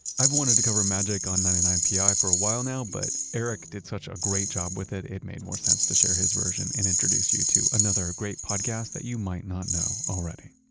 i've wanted to cover magic on ninety nine pi for a while now, but eric did such a great job with it, it made more sense to share his version. and introduce you to another great podcast that you might not know already.